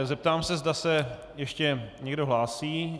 Zeptám se, zda se ještě někdo hlásí.